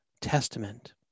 testament